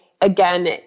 again